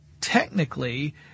technically